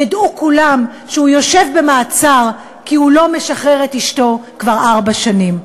ידעו כולם שהוא יושב במעצר כי הוא לא משחרר את אשתו כבר ארבע שנים?